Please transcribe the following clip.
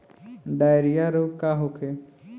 Diarrhoea रोग का होखे?